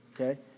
okay